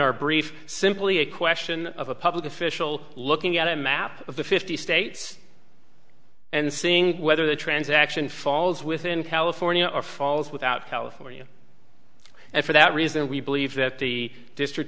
our brief simply a question of a public official looking at a map of the fifty states and seeing whether the transaction falls within california or falls without california and for that reason we believe that the district